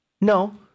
No